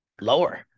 Lower